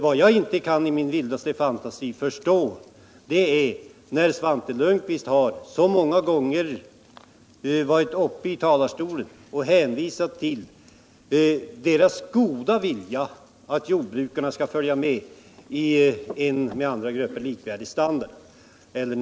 Vad jag inte kan förstå, ens med hjälp av min vildaste fantasi, är att det skall behöva vara en sådan enorm diskussion om vilken av de här målsättningarna — som alla är beroende av varandra - som skall ligga främst.